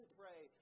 pray